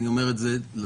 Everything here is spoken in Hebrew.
אני אומר את זה לציבור,